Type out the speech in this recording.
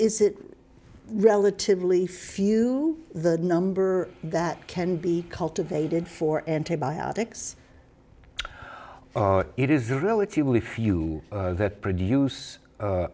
is it relatively few the number that can be cultivated for antibiotics it is relatively few that produce